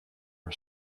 her